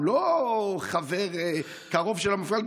הוא לא חבר קרוב של המפכ"ל.